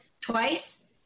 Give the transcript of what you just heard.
twice